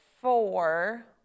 four